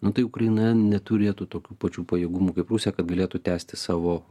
nu tai ukraina neturėtų tokių pačių pajėgumų kaip rusija kad galėtų tęsti savo